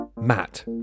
Matt